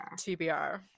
tbr